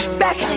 back